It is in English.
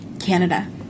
Canada